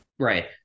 Right